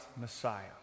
Messiah